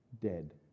dead